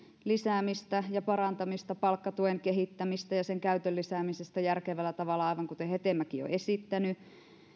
lisäämistä ja parantamista palkkatuen kehittämistä ja sen käytön lisäämistä järkevällä tavalla aivan kuten hetemäki on esittänyt